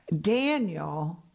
Daniel